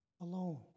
alone